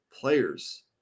players